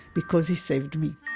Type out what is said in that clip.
because he saved me.